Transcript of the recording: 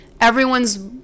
everyone's